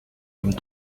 comme